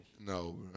No